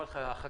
החקיקה.